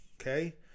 okay